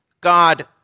God